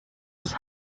was